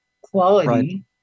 quality